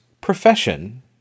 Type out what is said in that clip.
profession